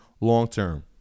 long-term